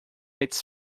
its